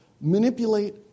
manipulate